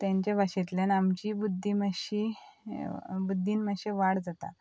तेंचे भाशेंतल्यान आमचीय बुद्दी मातशी बुद्दीन मात्शे वाड जाता